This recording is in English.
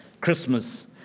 Christmas